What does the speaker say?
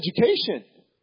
education